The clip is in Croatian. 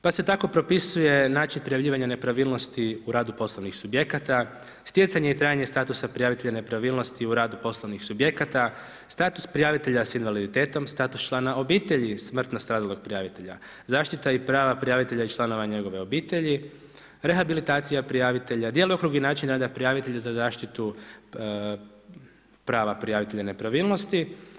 Pa se tako propisuje način prijavljivanja nepravilnosti u radu poslovnih subjekata, stjecanje i trajanje statusa prijavitelja nepravilnosti u radu poslovnih subjekata, status prijavitelja s invaliditetom, status člana obitelji smrtnog stradalog prijavitelja, zaštita i prava prijavitelja i članova njegove obitelji, rehabilitacija prijavitelja, djelokrug i način rada prijavitelja za zaštitu prava prijavitelja nepravilnosti.